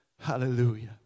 Hallelujah